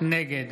נגד